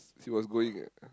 she was going uh